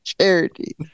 Charity